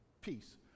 peace